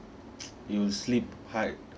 you'll sleep hard